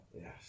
yes